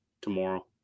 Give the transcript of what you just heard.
tomorrow